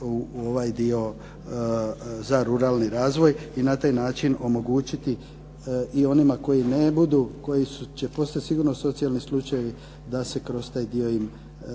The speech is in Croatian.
u ovaj dio za ruralni razvoj i na taj način omogućiti i onima koji ne budu, koji će postat sigurno socijalni slučajevi, da se kroz taj dio im